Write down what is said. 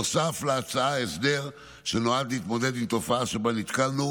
נוסף להצעה הסדר שנועד להתמודד עם תופעה שבה נתקלנו,